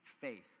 faith